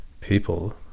people